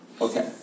Okay